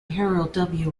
harold